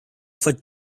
for